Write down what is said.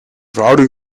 verhouding